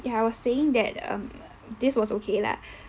ya I was saying that um this was okay lah